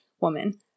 woman